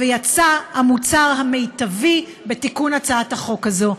ויצא המוצר המיטבי בתיקון הצעת החוק הזאת.